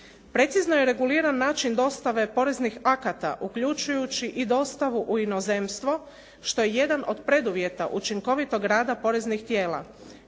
Precizno je reguliran način dostave poreznih akata uključujući i dostavu u inozemstvo što je jedan od preduvjeta učinkovitog rada poreznih tijela.